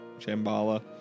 Shambhala